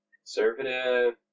conservative